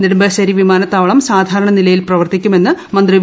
നെടുമ്പാശ്ശേരി വിമാനത്താവളം സാധാരണ നിലയിൽ പ്രവർത്തിക്കുമെന്ന് മന്ത്രി വി